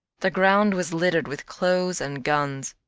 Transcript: the ground was littered with clothes and guns.